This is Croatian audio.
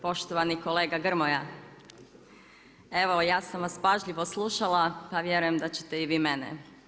Poštovani kolega Grmoja, evo ja sam vas pažljivo slušala a vjerujem da ćete i vi mene.